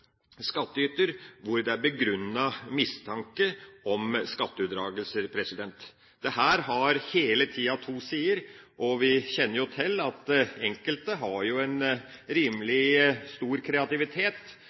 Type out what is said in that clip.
skattyter. Dette har hele tida to sider. Vi kjenner jo til at enkelte har en